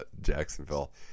Jacksonville